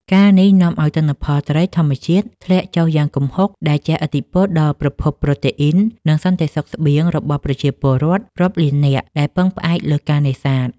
ការណ៍នេះនាំឱ្យទិន្នផលត្រីធម្មជាតិធ្លាក់ចុះយ៉ាងគំហុក ដែលជះឥទ្ធិពលដល់ប្រភពប្រូតេអ៊ីន និងសន្តិសុខស្បៀងរបស់ប្រជាពលរដ្ឋរាប់លាននាក់ដែលពឹងផ្អែកលើការនេសាទ។